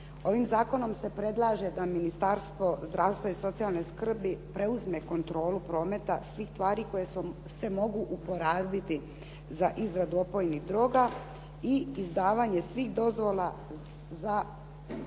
Ovim zakonom se predlaže da Ministarstvo zdravstva i socijalne skrbi preuzme kontrolu prometa svih tvari koje se mogu uporabiti za izradu opojnih droga i izdavanje svih dozvola za